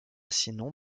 sinon